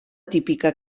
típica